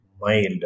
mild